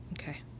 Okay